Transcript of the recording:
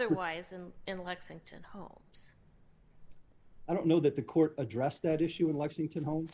another wise in lexington holmes i don't know that the court addressed that issue in lexington home